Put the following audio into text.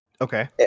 Okay